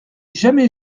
jamais